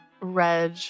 Reg